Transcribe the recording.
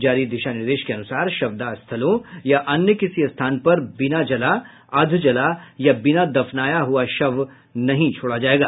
जारी दिशा निर्देश के अनुसार शवदाह स्थलों या अन्य किसी स्थान पर बिना जला अधजला या बिना दफनया हुआ शव नहीं छोड़ा जायेगा